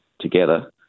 together